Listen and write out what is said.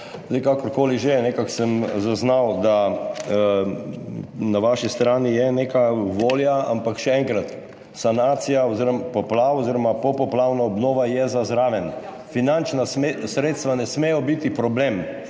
Kakorkoli že, nekako sem zaznal, da na vaši strani je neka volja, ampak še enkrat, sanacija poplav oziroma popoplavna obnova je za zraven, finančna sredstva ne smejo biti problem.